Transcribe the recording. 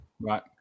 Right